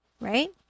right